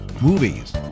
movies